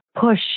push